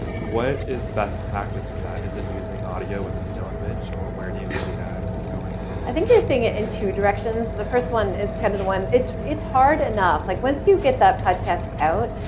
what is best practice for that? is it using audio with a still image, or where do you see that going? i think you're seeing it in two directions. the first one is kind of the one. it's it's hard enough. like once you get that podcast out,